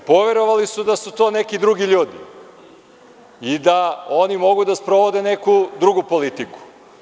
Poverovali su da su to neki drugi ljudi i da oni mogu da sprovode neku drugu politiku.